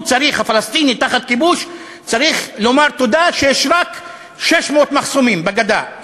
הפלסטיני תחת כיבוש צריך לומר תודה שיש רק 600 מחסומים בגדה,